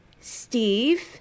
Steve